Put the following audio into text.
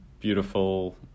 beautiful